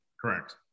correct